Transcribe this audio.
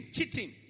Cheating